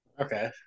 Okay